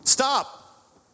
stop